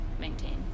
maintain